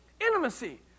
intimacy